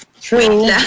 True